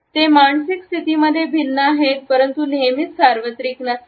ते मानसिक स्थितींमध्ये भिन्न आहेत परंतु नेहमीच सार्वत्रिक नसतात